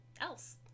else